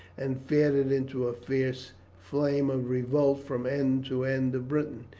and fan it into a fierce flame of revolt from end to end of britain,